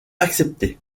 acceptée